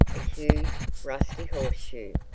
a huge, rusty horseshoe.